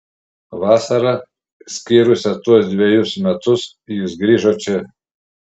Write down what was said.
vasarą skyrusią tuos dvejus metus jis grįžo čia